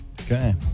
Okay